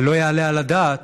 ולא יעלה על הדעת